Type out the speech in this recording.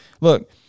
look